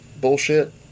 bullshit